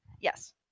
Yes